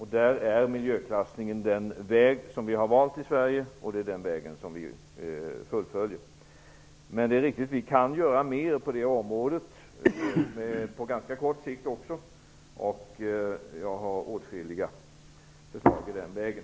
Här är miljöklassningen den väg som vi har valt i Sverige, och det är den vägen vi skall fortsätta på. Men det är riktigt att vi kan göra mer på det området, även på ganska kort sikt. Jag har åtskilliga förslag i den vägen.